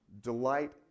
Delight